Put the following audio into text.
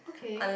okay